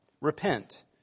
Repent